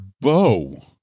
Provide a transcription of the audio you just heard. bow